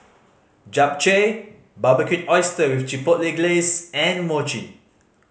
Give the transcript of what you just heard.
Japchae Barbecued Oyster with Chipotle Glaze and Mochi